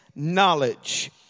Knowledge